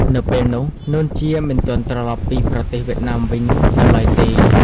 នៅពេលនោះ នួន ជា មិនទាន់ត្រឡប់ពីប្រទេសវៀតណាមវិញ នៅឡើយទេ។